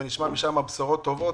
שנשמע משם בשורות טובות,